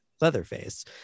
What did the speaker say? Leatherface